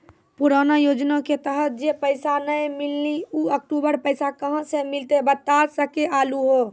पुराना योजना के तहत जे पैसा नै मिलनी ऊ अक्टूबर पैसा कहां से मिलते बता सके आलू हो?